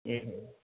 एवम्